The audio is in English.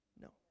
No